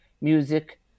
music